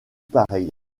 pareil